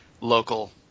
local